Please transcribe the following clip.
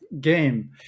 game